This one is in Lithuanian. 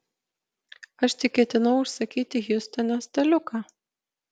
aš tik ketinau užsakyti hjustone staliuką